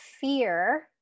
fear